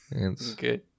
Okay